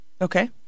Okay